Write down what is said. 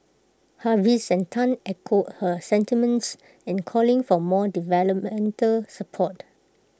Hafiz and Tan echoed her sentiments in calling for more developmental support